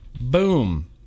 Boom